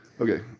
Okay